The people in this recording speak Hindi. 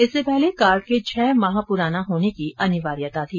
इससे पहले कार्ड के छह माह पुराना होने की अनिवार्यता थी